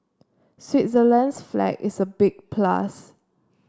Switzerland's flag is a big plus